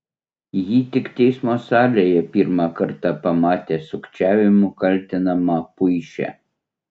ji tik teismo salėje pirmą kartą pamatė sukčiavimu kaltinamą puišę